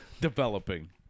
developing